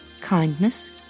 Kindness